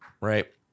Right